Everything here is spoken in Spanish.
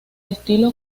estilo